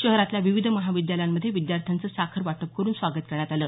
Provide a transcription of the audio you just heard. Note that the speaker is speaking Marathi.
शहरातल्या विविध महाविद्यालयांमध्ये विद्यार्थ्यांचं साखर वाटप करून स्वागत करण्यात आलं